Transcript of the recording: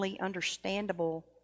understandable